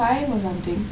five or somethingk